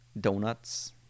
donuts